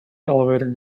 elevator